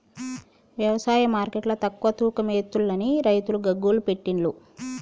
వ్యవసాయ మార్కెట్ల తక్కువ తూకం ఎస్తుంలని రైతులు గగ్గోలు పెట్టిన్లు